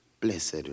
Blessed